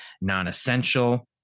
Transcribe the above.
non-essential